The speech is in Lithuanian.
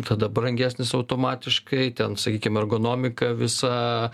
tada brangesnis automatiškai ten sakykim ergonomika visa